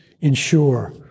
ensure